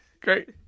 Great